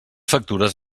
factures